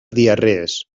diarrees